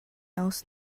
else